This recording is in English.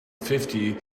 fifty